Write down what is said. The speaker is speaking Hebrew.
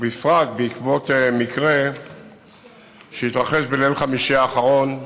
ובפרט בעקבות מקרה שהתרחש בליל חמישי האחרון,